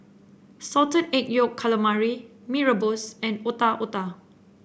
Salted Egg Yolk Calamari Mee Rebus and Otak Otak